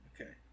Okay